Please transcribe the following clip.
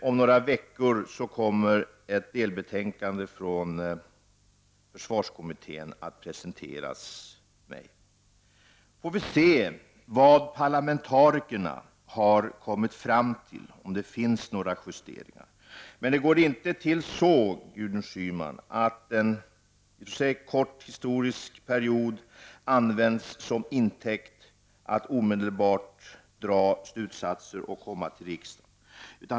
Om några veckor kommer ett delbetänkande från försvarskommittén att presenteras mig. Då får vi se vad parlamentarikerna har kommit fram till, alltså om det finns anledning att göra några justeringar i detta avseende. Men det går inte till på det sättet, Gudrun Schyman, att en kort historisk period tas till intäkt för att omedelbart dra slutsatser som man kommer med till riksdagen.